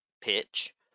pitch